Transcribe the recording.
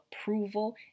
approval